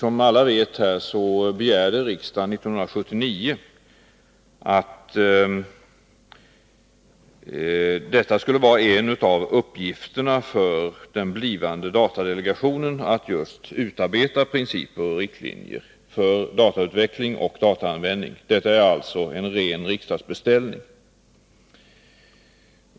Som alla vet uttalade riksdagen år 1979 att en av uppgifterna för den blivande datadelegationen skulle vara att just utarbeta sådana principer och riktlinjer. Detta är alltså en ren riksdagsbeställning.